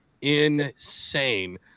insane